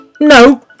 No